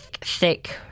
thick